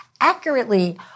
accurately